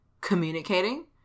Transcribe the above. communicating